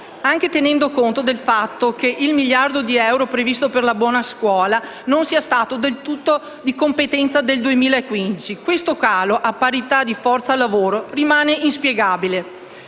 Anche tenendo conto del fatto che il miliardo di euro previsto per la «buona scuola» non sia stato tutto di competenza del 2015, questo calo, a parità di forza lavoro, rimane inspiegabile.